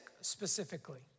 specifically